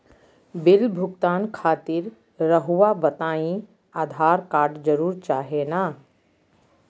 Bill भुगतान खातिर रहुआ बताइं आधार कार्ड जरूर चाहे ना?